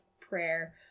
prayer